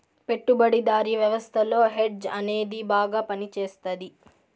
పెట్టుబడిదారీ వ్యవస్థలో హెడ్జ్ అనేది బాగా పనిచేస్తది